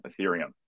Ethereum